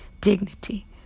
dignity